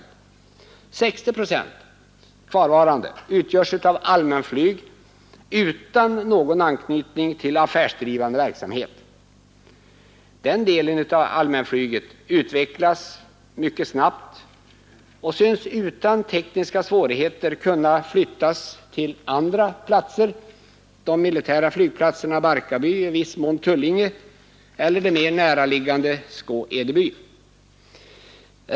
Resten, 60 procent, utgörs av allmänflyg utan någon anknytning till affärsdrivande verksamhet. Den delen av allmänflyget utvecklas mycket snabbt och synes utan tekniska svårigheter kunna flyttas till andra platser — de militära flygplatserna Barkarby och i viss mån Tullinge eller det mer näraliggande Skå-Edeby.